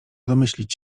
domyślić